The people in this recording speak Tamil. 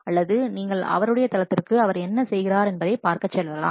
அல்லது நீங்கள் அவருடைய தளத்திற்கு அவர் என்ன செய்கிறார் என்பதை பார்க்கச் செல்லலாம்